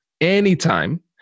anytime